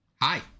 Hi